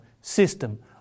system